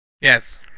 Yes